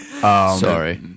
Sorry